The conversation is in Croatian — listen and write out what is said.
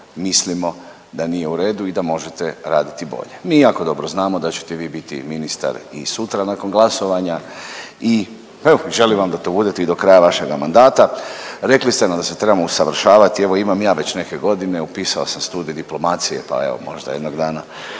da nije u redu i da možete raditi bolje. Mi jako dobro znamo da ćete vi biti ministar i sutra nakon glasovanja i evo, želim vam da to budete i do kraja vašega mandata. Rekli ste sam da se trebamo usavršavati, evo imam ja već neke godine, upisao sam studij diplomacije pa evo, možda jednog dana,